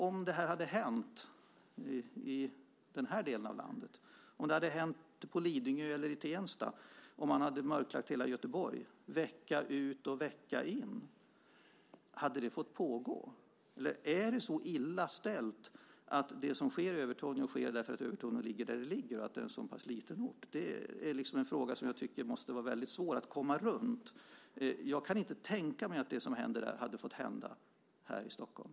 Om det här hade hänt i den här delen av landet, på Lidingö eller i Tensta, eller om man hade mörklagt hela Göteborg vecka ut och vecka in, hade det fått pågå? Eller är det så illa ställt att det som sker i Övertorneå sker därför att Övertorneå ligger där det ligger och att det är en så pass liten ort? Det är en fråga som jag tycker måste vara väldigt svår att komma runt. Jag kan inte tänka mig att det som händer i Övertorneå hade fått hända här i Stockholm.